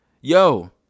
Yo